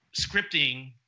scripting